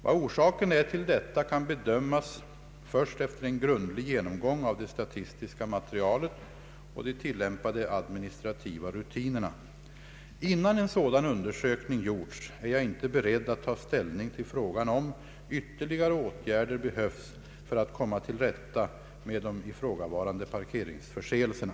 Vad orsaken är till detta kan bedömas först efter en grundlig genomgång av det statistiska materialet och de tillämpade administrativa rutinerna. Innan en sådan undersökning gjorts är jag inte beredd att ta ställning till frågan om ytterligare åtgärder behövs för att komma till rätta med de ifrågavarande parkeringsförseelserna.